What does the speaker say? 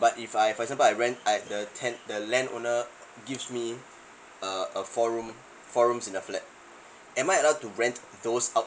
but if I for example I rent I've the ten the land owner gives me a a four room four rooms in the flat am I allowed to rent those out